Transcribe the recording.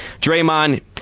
Draymond